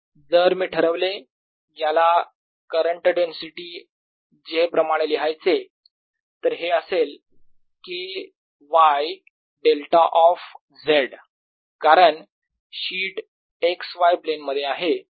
जर मी ठरवले याला करंट डेन्सिटी j प्रमाणे लिहायचे तर हे असेल K y delta of z कारण शीट x y प्लेनमध्ये आहे